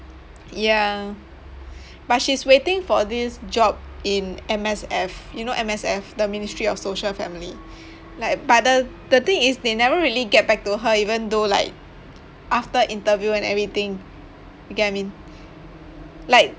ya but she's waiting for this job in M_S_F you know M_S_F the ministry of social family like but the the thing is they never really get back to her even though like after interview and everything you get what I mean like